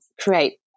create